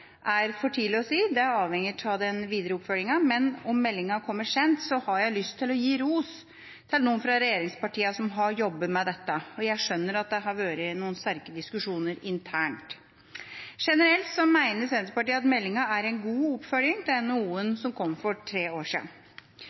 er for tidlig å si – det avhenger av den videre oppfølgingen, men om meldinga kommer sent, så har jeg lyst til å gi ros til dem fra regjeringspartiene som har jobbet med dette. Jeg skjønner at det har vært noen sterke diskusjoner internt. Generelt mener Senterpartiet at meldinga er en god oppfølging av NOU-en som kom for tre år